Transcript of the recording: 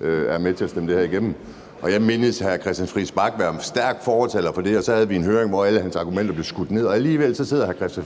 er med til at stemme det her igennem. Jeg mindes, at hr. Christian Friis Bach var en stærk fortaler for det her, og så havde vi en høring, hvor alle hans argumenter blev skudt ned, og alligevel, altså